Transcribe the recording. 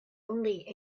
only